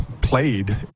played